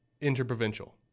interprovincial